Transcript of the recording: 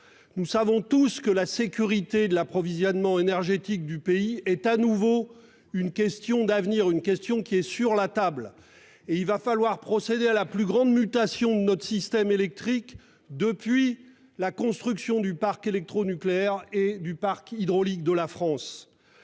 Nous savons tous que la sécurité de l'approvisionnement énergétique du pays est de nouveau une question d'avenir et qu'elle est sur la table. Il va falloir procéder à la plus grande mutation de notre système électrique depuis la construction du parc électronucléaire et du parc hydraulique de la France.